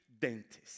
dentist